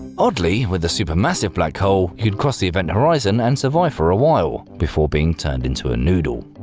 oddly, with a supermassive black hole you could cross the event horizon and survive for a while before being turned into a noodle.